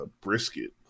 brisket